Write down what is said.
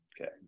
okay